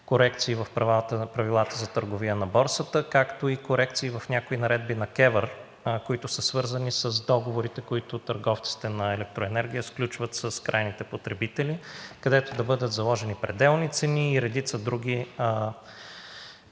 корекции в правилата за търговия на борсата, както и корекции в някои наредби на КЕВР, които са свързани с договорите и които търговците на електроенергия сключват с крайните потребители, където да бъдат заложени пределни цени и редица други